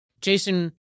Jason